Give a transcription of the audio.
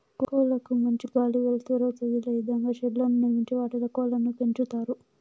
కోళ్ళ కు మంచి గాలి, వెలుతురు తదిలే ఇదంగా షెడ్లను నిర్మించి వాటిలో కోళ్ళను పెంచుతారు